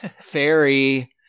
Fairy